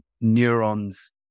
neurons